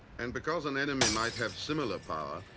and because an enemy might have similar power,